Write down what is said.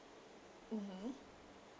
mmhmm